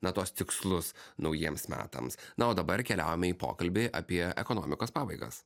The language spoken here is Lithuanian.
na tuos tikslus naujiems metams na o dabar keliaujame į pokalbį apie ekonomikos pabaigas